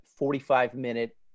45-minute